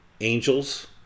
angels